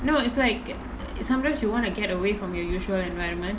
no it's like sometimes you want to get away from your usual environment